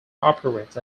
operates